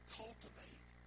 cultivate